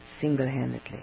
single-handedly